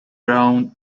brown